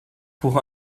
pour